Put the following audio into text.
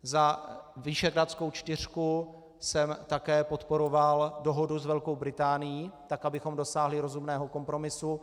Za Visegrádskou čtyřku jsem také podporoval dohodu s Velkou Británií, tak abychom dosáhli rozumného kompromisu.